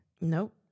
Nope